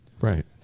right